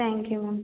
thank you ma'am